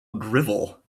drivel